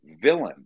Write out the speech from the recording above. villain